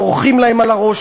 דורכים להם על הראש,